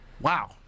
Wow